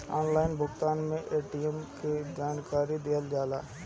Online भुगतान में ATM के जानकारी दिहल जाला?